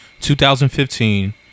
2015